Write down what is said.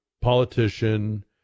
politician